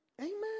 Amen